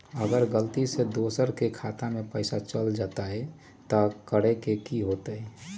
अगर गलती से दोसर के खाता में पैसा चल जताय त की करे के होतय?